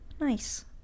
Nice